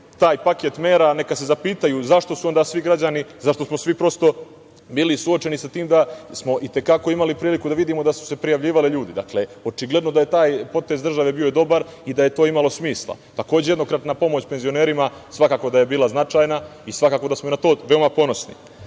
taj paket mera, neka se zapitaju zašto su onda svi građani, zašto smo svi prosto bili suočeni sa tim da smo i te kako imali priliku da vidimo da su se prijavljivali ljudi. Dakle, očigledno da je taj potez države bio dobar i da je to imalo smisla. Takođe, jednokratna pomoć penzionerima svakako da je bila značajna i svakako da smo i na to veoma ponosni. Kažu